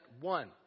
one